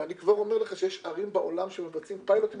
ואני כבר אומר לך שיש ערים בעולם שמבצעות פיילוטים